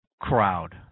crowd